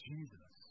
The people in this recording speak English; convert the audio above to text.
Jesus